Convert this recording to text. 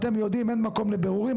אתם יודעים אין מקום לבירורים,